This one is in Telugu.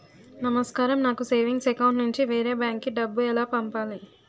నమస్కారం నాకు సేవింగ్స్ అకౌంట్ నుంచి వేరే బ్యాంక్ కి డబ్బు ఎలా పంపాలి?